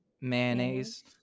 mayonnaise